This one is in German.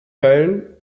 wurde